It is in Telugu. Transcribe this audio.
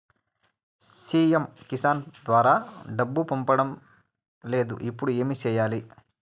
సి.ఎమ్ కిసాన్ పథకం ద్వారా డబ్బు పడడం లేదు ఇప్పుడు ఏమి సేయాలి